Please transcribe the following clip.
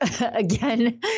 again